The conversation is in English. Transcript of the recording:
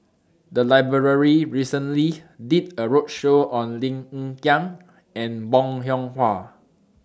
The Library recently did A roadshow on Lim Hng Kiang and Bong Hiong Hwa